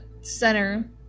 center